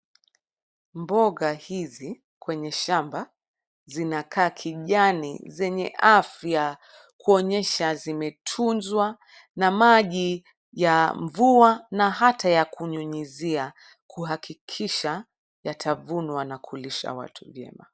Mboga hizi, kwenye shamba, zinakaa kijani zenye afya. Kuonyesha zimetunzwa na maji ya mvua, na hata ya kunyunyizia, kuhakikisha yatavunwa na kulisha watu vyema.